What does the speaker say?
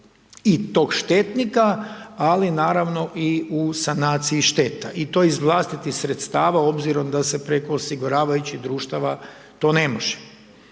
i tog štetnika, ali naravno i u sanaciji šteta. I to iz vlastitih sredstava obzirom da se preko osiguravajućih društava to ne može.